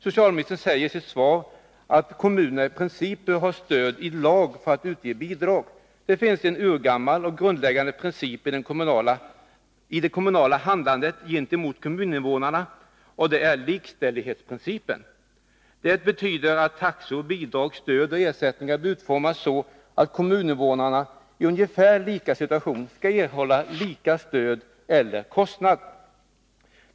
Socialministern säger i sitt svar att kommunerna i princip bör ha stöd i lag för att utge bidrag. Det finns en urgammal och grundläggande princip i det kommunala handlandet gentemot kommuninnevånarna, och det är likställighetsprincipen. Den innebär att taxor, bidrag, stöd och ersättningar bör utformas så, att kommuninnevånare i en ungefär lika situation skall erhålla lika stöd eller kostnad.